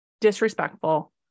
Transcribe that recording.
disrespectful